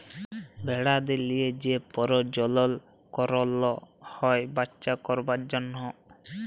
ভেড়াদের লিয়ে যে পরজলল করল হ্যয় বাচ্চা করবার জনহ